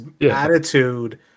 attitude